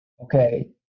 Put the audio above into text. okay